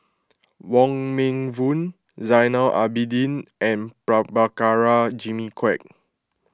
Wong Meng Voon Zainal Abidin and Prabhakara Jimmy Quek